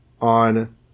on